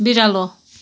बिरालो